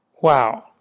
Wow